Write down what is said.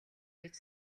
гэж